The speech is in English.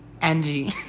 Angie